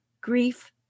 grief